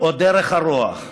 או דרך הרוח.